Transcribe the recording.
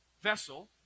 vessel